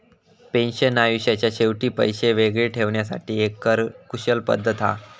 pension आयुष्याच्या शेवटी पैशे वेगळे ठेवण्यासाठी एक कर कुशल पद्धत हा